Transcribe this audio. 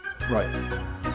Right